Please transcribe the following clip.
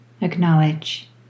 acknowledge